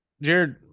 Jared